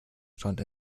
strand